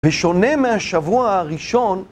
בשונה מהשבוע הראשון,